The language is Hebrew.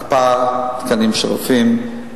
הקפאת תקנים של רופאים,